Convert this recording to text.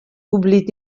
oblit